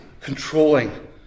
controlling